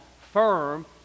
firm